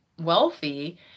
wealthy